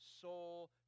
soul